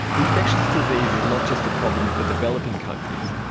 infectious disease is not just a problem for developing countries,